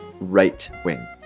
right-wing